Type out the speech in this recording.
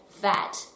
fat